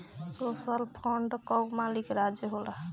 social fund कअ मालिक राज्य होला